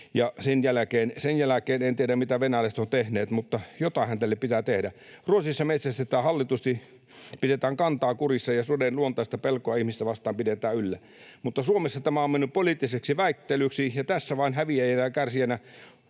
Sen jälkeen en tiedä, mitä venäläiset ovat tehneet, mutta jotainhan tälle pitää tehdä. Ruotsissa metsästetään hallitusti, pidetään kantaa kurissa ja suden luontaista pelkoa ihmistä vastaan pidetään yllä. Mutta Suomessa tämä on mennyt poliittiseksi väittelyksi, ja tässä vain häviäjänä ja kärsijänä